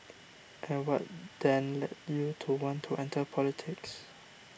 and what then led you to want to enter politics